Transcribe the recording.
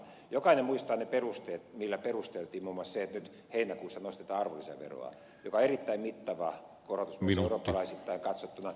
jokainen muistaa ne perusteet millä perusteltiin muun muassa se että nyt heinäkuussa nostetaan arvonlisäveroa mikä on erittäin mittava korotus myös eurooppalaisittain katsottuna